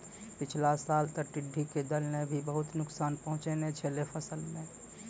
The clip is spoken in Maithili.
पिछला साल तॅ टिड्ढी के दल नॅ भी बहुत नुकसान पहुँचैने छेलै फसल मॅ